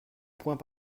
point